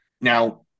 Now